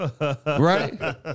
right